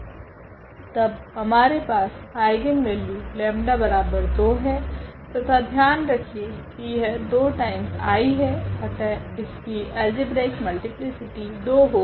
तब हमारे पास आइगनवेल्यू 𝜆2 है तथा ध्यान रखिए की यह 2 टाइम्स आयी है अतः इसकी अल्जेब्रिक मल्टीप्लीसिटी 2 होगी